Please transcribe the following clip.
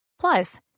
Plus